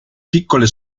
piccole